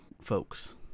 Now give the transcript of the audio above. folks